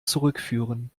zurückführen